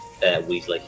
Weasley